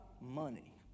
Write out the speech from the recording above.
Money